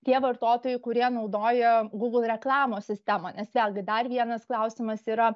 tie vartotojai kurie naudoja google reklamos sistemą nes vėlgi dar vienas klausimas yra